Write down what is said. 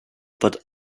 but